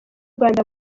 rwanda